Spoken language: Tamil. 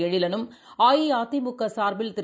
எழிலம் அஇஅதிமுகசாா்பில் திரு